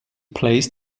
placed